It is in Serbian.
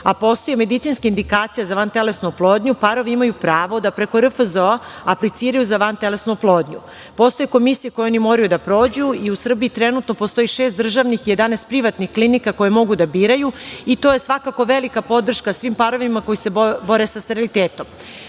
a postoje medicinske indikacije za vantelesnu oplodnju, parovi imaju pravo da preko RFZO apliciraju za vantelesnu oplodnju. Postoje komisije koje oni moraju da prođu i u Srbiji trenutno postoji šest državnih i jedanaest privatnih klinika koje mogu da biraju i to je svakako velika podrška svim parovima koji se bore sa sterilitetom.Međutim,